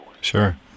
Sure